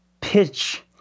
pitch